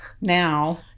Now